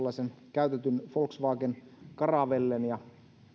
käytetyn volkswagen caravellen ja